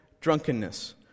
drunkenness